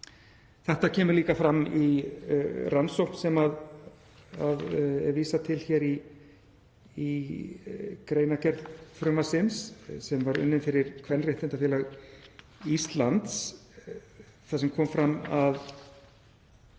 Þetta kemur líka fram í rannsókn sem er vísað til hér í greinargerð frumvarpsins sem var unnin fyrir Kvenréttindafélag Íslands, þar sem kom fram að